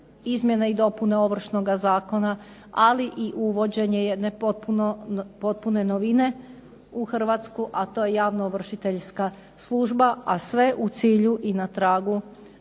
izmjene i dopune Ovršnoga zakona, ali i uvođenje jedne potpune novine u Hrvatsku, a to je javnoovršiteljska služba, a sve u cilju i na tragu